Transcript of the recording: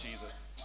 Jesus